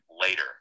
later